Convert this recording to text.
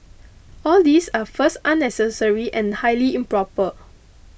all these are first unnecessary and highly improper